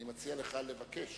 אני מציע לך לבקש